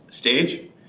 stage